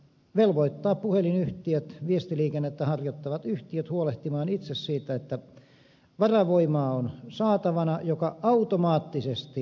velvoittaa puhelinyhtiöt viestiliikennettä harjoittavat yhtiöt huolehtimaan itse siitä että on saatavana varavoimaa joka automaattisesti kytkeytyy päälle